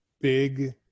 big